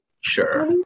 sure